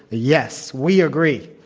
ah yes. we agree.